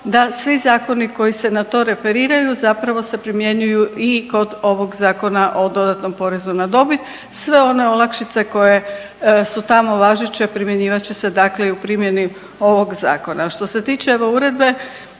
da svi zakoni koji se na to referiraju zapravo se primjenjuju i kod ovog Zakona o dodatnom porezu na dobit, sve one olakšice koje su tamo važeće primjenjivat će se dakle i u primijeni ovog zakona. Što se tiče EU uredbe